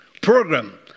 Program